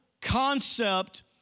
concept